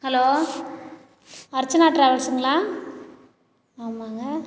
hello Archana ட்ராவல்ஸுங்களா ஆமாம்ங்க